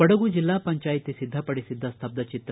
ಕೊಡಗು ಜಿಲ್ಲಾ ಪಂಚಾಯತಿ ಸಿದ್ಧಪಡಿಸಿದ್ದ ಸ್ತಭ್ಯಚಿತ್ರ